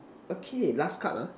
okay last card ah